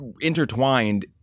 intertwined